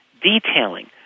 detailing